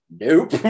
nope